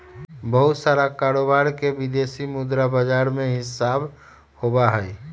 बहुत सारा कारोबार के विदेशी मुद्रा बाजार में हिसाब होबा हई